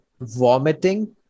vomiting